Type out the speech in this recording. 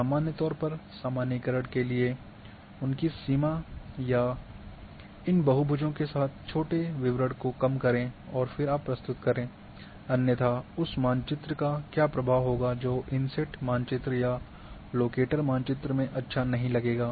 सामान्य तौर पर सामान्यीकरण के लिए उनकी सीमा या इन बहुभुजों के साथ छोटे विवरणों को कम करें और फिर आप प्रस्तुत करें अन्यथा उस मानचित्र का क्या होगा जो इनसेट मानचित्र या लोकेटर मानचित्र में अच्छा नहीं लगेगा